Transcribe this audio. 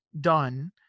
done